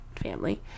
family